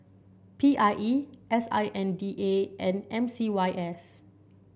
P I E S I N D A and M C Y S